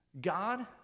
God